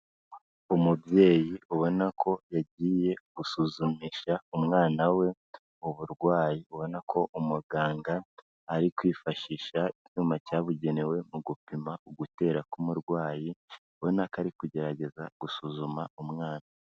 Umubyeyi ubona ko yagiye gusuzumisha umwana we uburwayi, ubona ko umuganga ari kwifashisha icyuma cyabugenewe mu gupima ugutera k'umurwayi, ubona ko ari kugerageza gusuzuma umwana.